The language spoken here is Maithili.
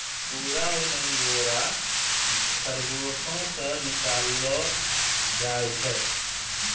अंगुरा ऊन अंगोरा खरगोस से निकाललो जाय छै